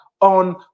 on